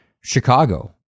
Chicago